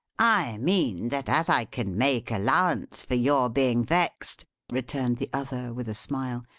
i mean, that as i can make allowance for your being vexed, returned the other, with a smile,